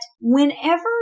whenever